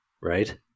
right